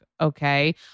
Okay